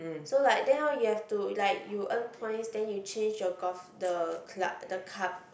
so like then how you have to like you earn points then you change your golf the club the cup